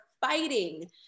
fighting